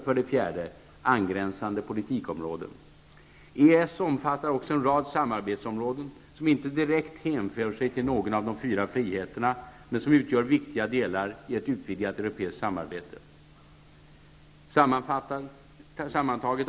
För det fjärde angränsande politikområden: -- EES omfattar också en rad samarbetsområden som inte direkt hänför sig till någon av de fyra friheterna men som utgör viktiga delar i ett utvidgat europeiskt samarbete.